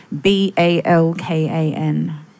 B-A-L-K-A-N